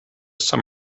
some